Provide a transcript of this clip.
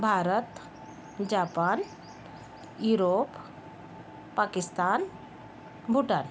Bharat Japan Europe Pakistan Bhutan